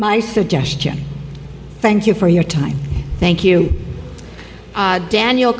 my suggestion thank you for your time thank you daniel